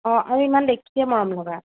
অঁ আৰু ইমান দেখিয়ে মৰম লগা